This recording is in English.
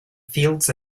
fields